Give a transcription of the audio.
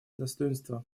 достоинства